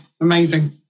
amazing